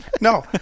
No